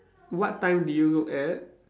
what time do you look at